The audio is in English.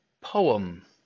poem